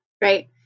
Right